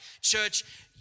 Church